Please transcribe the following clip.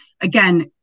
again